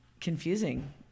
confusing